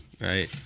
right